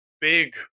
big